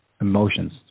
emotions